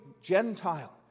Gentile